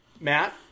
Matt